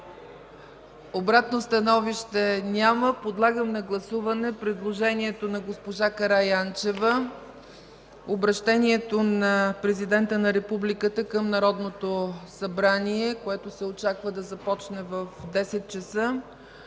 Обратно становище? Няма. Подлагам на гласуване предложението на госпожа Караянчева обръщението на президента на Републиката към Народното събрание, което се очаква да започне в 10,00